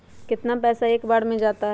कितना पैसा एक बार में जाता है?